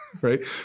right